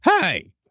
Hey